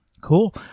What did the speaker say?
Cool